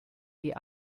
die